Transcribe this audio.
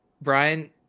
Brian